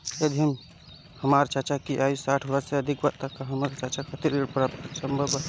यदि हमर चाचा की आयु साठ वर्ष से अधिक बा त का हमर चाचा खातिर ऋण प्राप्त करल संभव बा